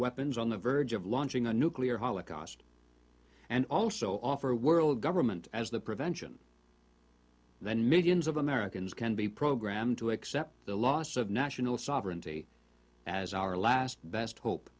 weapons on the verge of launching a nuclear holocaust and also offer a world government as the prevention then millions of americans can be programmed to accept the loss of national sovereignty as our last best hope